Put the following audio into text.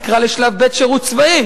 אבל אל תקרא לשלב ב' שירות צבאי.